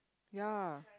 ya